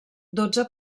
dotze